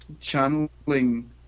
channeling